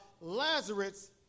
Lazarus